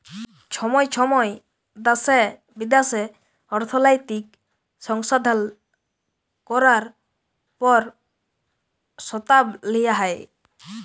ছময় ছময় দ্যাশে বিদ্যাশে অর্থলৈতিক সংশধল ক্যরার পরসতাব লিয়া হ্যয়